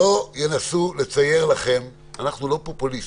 שלא ינסו לצייר לכם, אנחנו לא פופוליסטים,